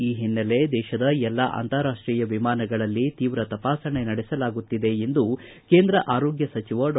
ಈ ಹಿನ್ನೆಲೆ ದೇಶದ ಎಲ್ಲಾ ಅಂತಾರಾಷ್ಟೀಯ ವಿಮಾನಗಳಲ್ಲಿ ತೀವ್ರ ತಪಾಸಣೆ ನಡೆಸಲಾಗುತ್ತಿದೆ ಎಂದು ಕೇಂದ್ರ ಆರೋಗ್ಯ ಸಚಿವ ಡಾ